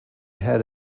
had